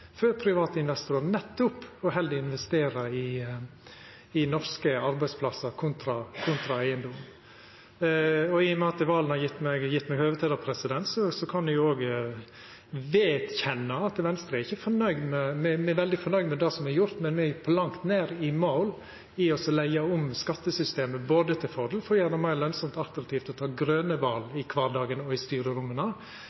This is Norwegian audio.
for private investorar nettopp å heller investera i norske arbeidsplassar, kontra i eigedom. I og med at Serigstad Valen har gjeve meg høve til det, kan eg òg vedkjenna at Venstre ikkje er fornøgd. Me er veldig fornøgd med det som er gjort, men me er på langt nær i mål med å leggja om skattesystemet, både til fordel for å gjera det meir lønsamt og attraktivt å ta grøne val